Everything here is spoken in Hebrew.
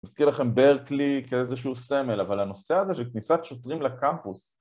מזכיר לכם ברקלי כאיזשהו סמל, אבל הנושא הזה של כניסת שוטרים לקמפוס